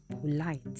polite